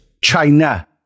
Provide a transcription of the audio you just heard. China